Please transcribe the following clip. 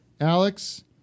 Alex